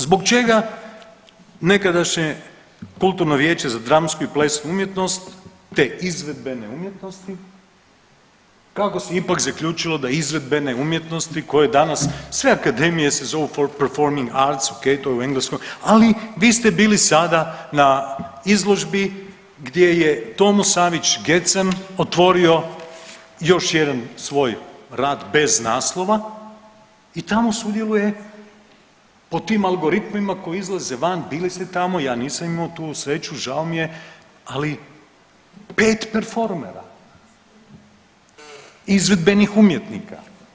Zbog čega nekadašnje kulturno vijeće za dramsku i plesnu umjetnost te izvedbene umjetnosti, kako se ipak zaključilo da izvedbene umjetnosti koje danas sve akademije se zovu …/Govornik govori stranim jezikom./… for performing arts u engleskom, ali vi ste bili sada na izložbi gdje je Tomo Savić Gecen otvorio još jedan svoj rad bez naslova i tamo sudjeluje o tim algoritmima koji izlaze van, bili ste tamo ja nisam imamo tu sreću, žao mi je, ali 5 preformera, izvedbenih umjetnika.